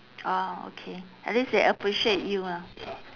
ah okay at least they appreciate you lah